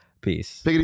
peace